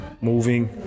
moving